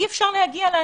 אי אפשר להגיע לאנשים.